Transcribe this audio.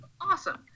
awesome